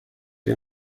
این